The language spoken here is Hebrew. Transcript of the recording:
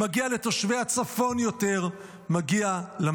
לתושבי הצפון מגיע יותר,